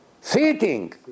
Sitting